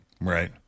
Right